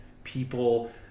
people